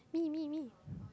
me me me